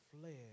fled